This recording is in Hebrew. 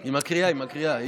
היא מקריאה, היא מקריאה.